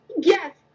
Yes